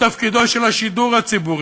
בתפקידו של השידור הציבורי,